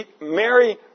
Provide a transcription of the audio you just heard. Mary